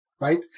right